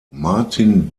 martin